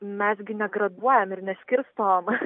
mes gi negraduojam ir neskirstom